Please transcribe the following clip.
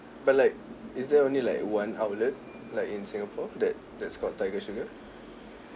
but like is there only like one outlet like in singapore that that's called tiger sugar